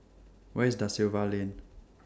Where IS DA Silva Lane